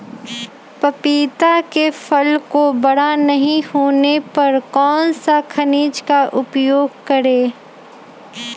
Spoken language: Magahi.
पपीता के फल को बड़ा नहीं होने पर कौन सा खनिज का उपयोग करें?